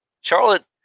Charlotte